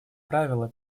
правило